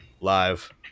live